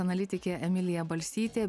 analitikė emilija balsytė